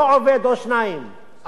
עשרות-אלפי עובדים